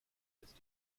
ist